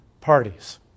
parties